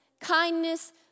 kindness